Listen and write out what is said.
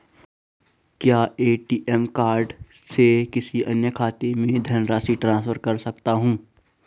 क्या ATM card से किसी अन्य खाते में धनराशि ट्रांसफर कर सकता हूँ?